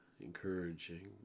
encouraging